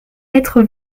être